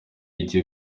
igiye